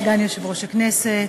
אדוני סגן יושב-ראש הכנסת,